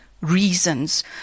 reasons